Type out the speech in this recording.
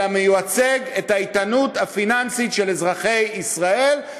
אלא מייצג את האיתנות הפיננסית של אזרחי ישראל,